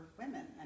women